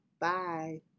Bye